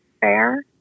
fair